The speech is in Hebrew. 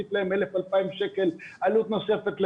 להוסיף להם 1,000 2,000 שקלים עלות נוספת לחודש.